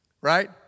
Right